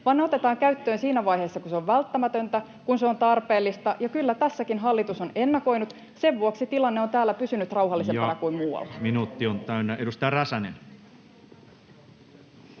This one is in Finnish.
vaan ne otetaan käyttöön siinä vaiheessa, kun se on välttämätöntä, kun se on tarpeellista, ja kyllä tässäkin hallitus on ennakoinut. Sen vuoksi tilanne on täällä pysynyt rauhallisempana kuin muualla. [Juha Mäenpää: Vaikka raja on